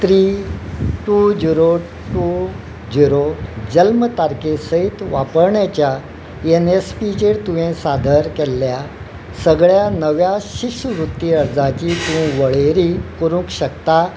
three two zero two zero जल्म तारखे सयत वापरण्याच्या एन एस पी चेर तुवें सादर केल्ल्या सगळ्या नव्या शिश्यवृत्ती अर्जाची तूं वळेरी करूंक शकता